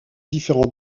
différents